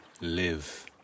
live